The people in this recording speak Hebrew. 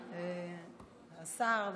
השר,